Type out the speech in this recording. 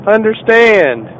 Understand